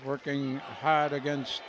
working hard against